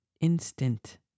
instant